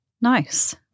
Nice